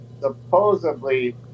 supposedly